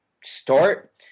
Start